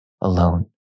alone